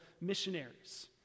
missionaries